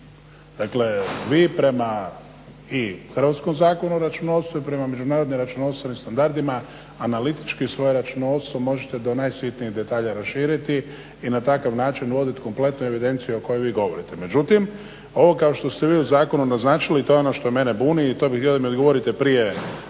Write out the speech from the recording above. Dakle vi prema i hrvatskom zakonu o računovodstvu i prema međunarodnim računovodstvenim standardima analitički svoje računovodstvo možete do najsitnijeg detalja raširiti i na takav način vodit kompletnu evidenciju o kojoj vi govorite. Međutim, ovo kao što ste vi u zakonu naznačili to je ono što mene buni i to bi htio da mi odgovorite u ime